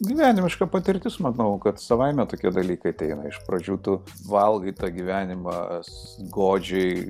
gyvenimiška patirtis manau kad savaime tokie dalykai ateina iš pradžių tu valgai tą gyvenimą s godžiai